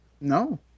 No